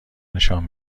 نشان